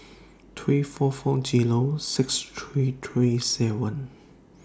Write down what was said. three four four Zero six three three seven